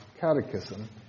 Catechism